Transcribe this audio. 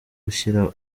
gushyira